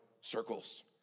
circles